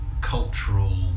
cultural